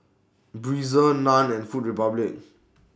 Breezer NAN and Food Republic